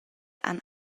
han